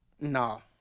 No